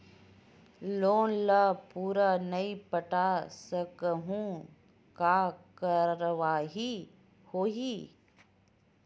Loan ला पूरा नई पटा सकहुं का कारवाही होही?